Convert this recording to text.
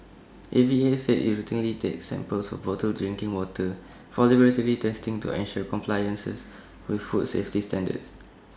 A V A said IT routinely takes samples of bottled drinking water for laboratory testing to ensure compliance with food safety standards